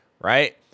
right